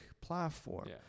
platform